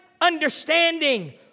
understanding